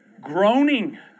Groaning